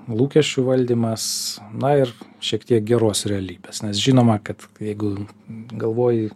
lūkesčių valdymas na ir šiek tiek geros realybės nes žinoma kad jeigu galvoji